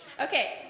Okay